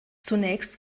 zunächst